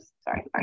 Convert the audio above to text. Sorry